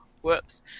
whoops